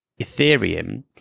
Ethereum